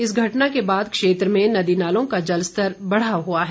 इस घटना के बाद क्षेत्र में नदी नालों का जलस्तर बढ़ा हुआ है